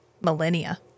millennia